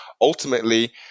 ultimately